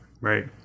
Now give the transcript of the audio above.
Right